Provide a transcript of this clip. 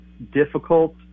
difficult